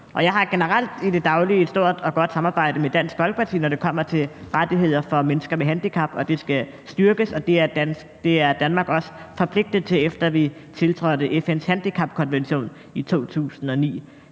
Jeg har generelt i det daglige et stort og godt samarbejde med Dansk Folkeparti, når det kommer til rettigheder for mennesker med handicap. Det område skal styrkes, og det er Danmark også forpligtet til, efter vi tiltrådte FN's handicapkonvention i 2009.